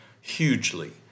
hugely